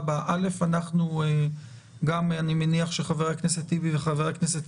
אני מניח שחבר הכנסת טיבי וחבר הכנסת